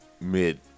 mid